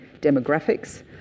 demographics